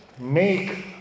make